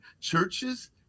churches